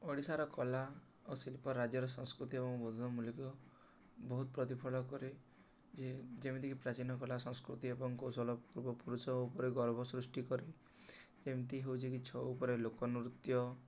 ଓଡ଼ିଶାର କଳା ଓ ଶିଳ୍ପ ରାଜ୍ୟର ସଂସ୍କୃତି ଏବଂ ବୋଦ୍ଧ ମୂଳିକ ବହୁତ ପ୍ରତିଫଳ କରେ ଯେ ଯେମିତିକି ପ୍ରାଚୀନ କଳା ସଂସ୍କୃତି ଏବଂ କୌଶଳ ପୂର୍ବପୁରୁଷ ଉପରେ ଗର୍ବ ସୃଷ୍ଟି କରେ ଯେମିତି ହେଉଛି କିି ଛଉ ଉପରେ ଲୋକନୃତ୍ୟ